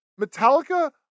Metallica